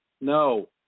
No